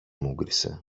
μούγκρισε